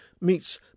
meets